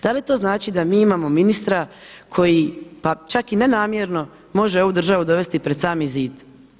Da li to znači da mi imamo ministra koji, pa čak i ne namjerno može ovu državu dovesti pred sami zid?